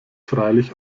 freilich